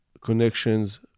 connections